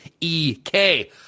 EK